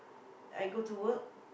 I go to work